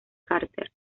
carter